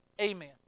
Amen